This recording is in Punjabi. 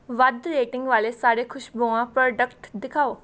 ਵੱਧ ਰੇਟਿੰਗ ਵਾਲੇ ਸਾਰੇ ਖ਼ੁਸ਼ਬੂਆਂ ਪ੍ਰੋਡਕਟ ਦਿਖਾਓ